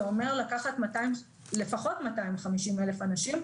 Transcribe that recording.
זה אומר לקחת לפחות 250 אלף אנשים,